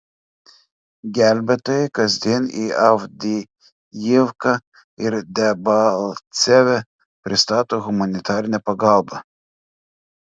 gelbėtojai kasdien į avdijivką ir debalcevę pristato humanitarinę pagalbą